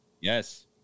Yes